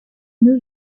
new